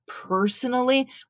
personally